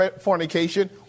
fornication